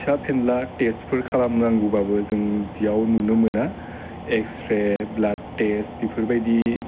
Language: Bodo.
फिसा फिन्ला टेस्टफोर खालामनांगौबाबो जों बेयाव नुनो मोना एक्सरे ब्लाड टेस बेफोरबायदि